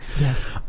Yes